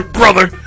brother